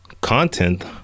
content